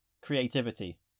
creativity